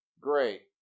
Great